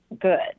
good